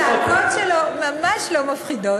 הצעקות שלו ממש לא מפחידות.